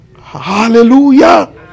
Hallelujah